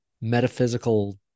metaphysical